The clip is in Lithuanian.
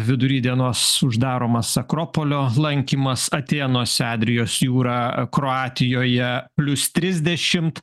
vidury dienos uždaromas akropolio lankymas atėnuose adrijos jūra kroatijoje plius trisdešimt